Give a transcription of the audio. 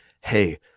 hey